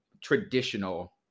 traditional